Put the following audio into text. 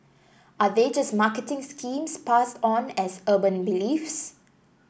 are they just marketing schemes passed on as urban beliefs